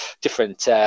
different